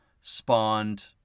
spawned